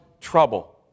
trouble